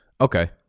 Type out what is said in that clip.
Okay